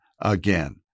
again